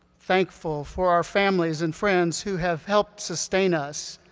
thankful for our families and friends who have helped sustain us